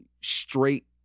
Straight